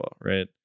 Right